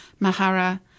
Mahara